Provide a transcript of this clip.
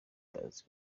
tutazi